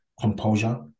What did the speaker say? composure